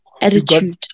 attitude